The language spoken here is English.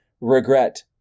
regret